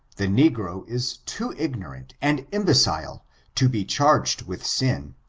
the negro is too ignorant and imbecile to be charged with sin,